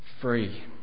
free